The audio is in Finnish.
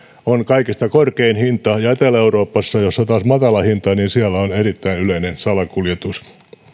on kaikista korkein hinta ja etelä euroopassa jossa taas on matala hinta on erittäin yleistä salakuljetus